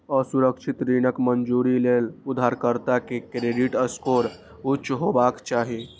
असुरक्षित ऋणक मंजूरी लेल उधारकर्ता के क्रेडिट स्कोर उच्च हेबाक चाही